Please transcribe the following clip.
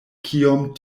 kiom